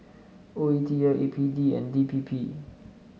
O E T L A P D and D P P